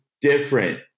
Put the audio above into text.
different